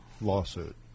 lawsuit